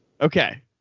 okay